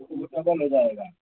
वो डबल हो जाएगा